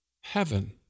heaven